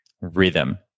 rhythm